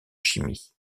chimie